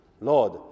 Lord